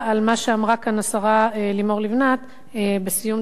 שאמרה כאן השרה לימור לבנת בסיום דבריה,